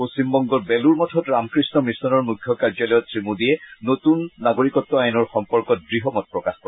পশ্চিমবংগৰ বেলুৰ মঠত ৰামকৃষ্ণ মিচনৰ মুখ্যকাৰ্যালয়ত শ্ৰীমেদীয়ে নতুন নাগৰিকত্ব আইনৰ সম্পৰ্কত দৃঢ় মত প্ৰকাশ কৰে